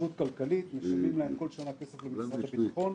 התקשרות כלכלית, משלמים כל שנה כסף למשרד הביטחון,